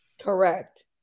Correct